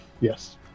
Yes